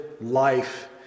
life